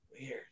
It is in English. Weird